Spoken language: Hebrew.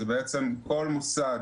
לכל מוסד